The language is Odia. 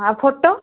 ଆଉ ଫଟୋ